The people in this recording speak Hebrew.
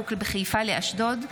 הטמנת הפסולת במדינה,